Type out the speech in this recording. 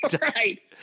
right